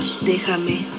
Déjame